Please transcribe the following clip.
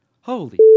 holy